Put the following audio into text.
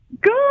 Good